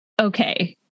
okay